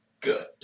Good